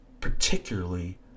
particularly